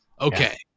Okay